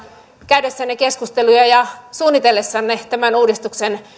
käydessänne keskusteluja ja suunnitellessanne tämän uudistuksen